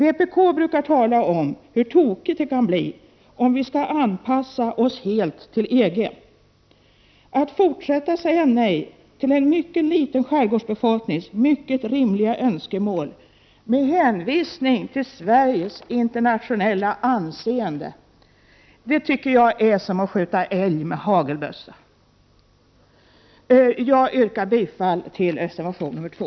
Vpk brukar tala om hur tokigt det kan bli om vi skall anpassa oss helt till EG. Att fortsätta att säga nej till en mycket liten skärgårdsbefolknings mycket rimliga önskemål med hänvisning till Sveriges internationella anseende, det tycker jag är som att skjuta älg med hagelbössa. Jag yrkar bifall till reservation 2.